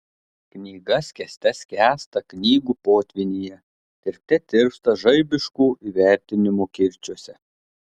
knyga skęste skęsta knygų potvynyje tirpte tirpsta žaibiškų įvertinimų kirčiuose